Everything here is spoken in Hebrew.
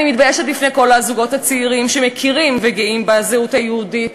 אני מתביישת בפני כל הזוגות הצעירים שמכירים וגאים בזהות היהודית,